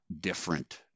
different